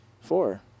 Four